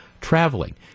traveling